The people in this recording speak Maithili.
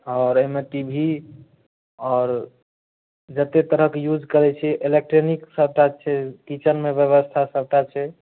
आओर एहिमे टी भी आओर जते तरहक यूज करैत छियै इलेक्ट्रॉनिक सबटा छै किचनमे वयवस्था सबटा छै